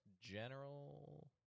general